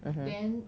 mmhmm